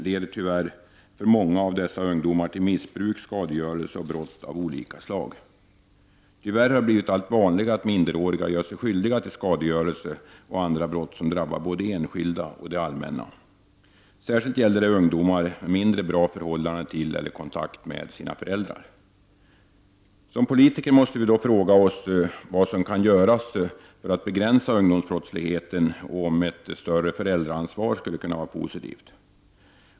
leder tyvärr för många av dessa ungdomar till missbruk, skadegörelse och brott av olika slag. Tyvärr har det blivit allt vanligare att minderåriga gör sig skyldiga till skadegörelse och andra brott som drabbar både enskilda och det allmänna. Särskilt gäller det ungdomar med mindre bra förhållande till eller kontakt med sina föräldrar. Som politiker måste vi fråga oss vad som kan göras för att begränsa ungdomsbrottsligheten och förbättra föräldraansvaret.